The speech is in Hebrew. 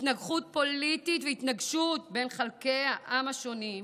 התנגחות פוליטית והתנגשות בין חלקי העם השונים,